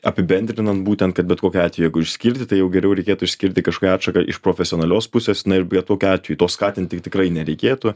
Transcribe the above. apibendrinant būtent kad bet kokiu atveju jeigu išskirti tai jau geriau reikėtų išskirti kažkokią atšaką iš profesionalios pusės na ir bet kokiu atveju to skatinti tikrai nereikėtų